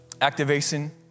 Activation